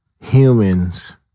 humans